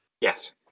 Yes